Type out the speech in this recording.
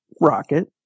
Rocket